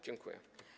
Dziękuję.